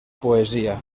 poesia